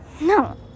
No